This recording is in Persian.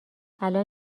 الان